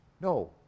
No